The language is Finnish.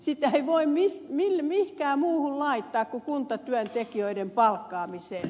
sitä ei voi mihinkään muuhun laittaa kuin kuntatyöntekijöiden palkkaamiseen